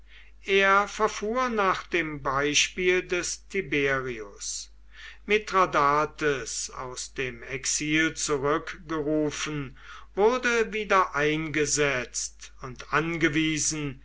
er verfuhr nach dem beispiel des tiberius mithradates aus dem exil zurückgerufen wurde wieder eingesetzt und angewiesen